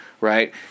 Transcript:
right